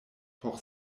por